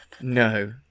no